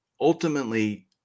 Ultimately